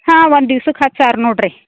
ಹಾಂ ಒಂದು ದಿವ್ಸಕ್ಕೆ ಹತ್ತು ಸಾವಿರ ನೋಡಿರಿ